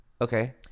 Okay